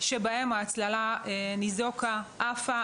שבהם ההצללה ניזוקה או עפה.